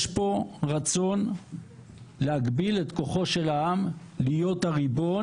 יש פה רצון להגביל את כוחו של העם להיות הריבון.